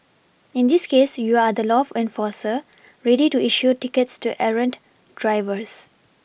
in this case you are the law enforcer ready to issue tickets to errant drivers